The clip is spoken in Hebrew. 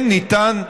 כן ניתן,